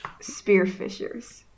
spearfishers